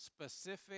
specific